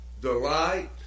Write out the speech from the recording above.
delight